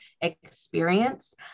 experience